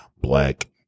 black